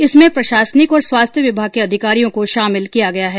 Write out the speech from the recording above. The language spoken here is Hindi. जिसमें प्रशासनिक और स्वास्थ्य विभाग के अधिकारियों को शामिल किया गया है